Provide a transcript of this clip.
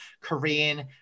Korean